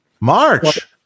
march